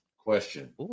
Question